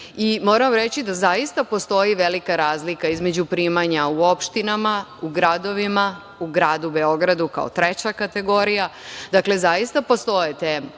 vam reći da zaista postoji velika razlika između primanja u opštinama, u gradovima, u gradu Beogradu kao treća kategorija, dakle, zaista postoje te